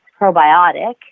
probiotic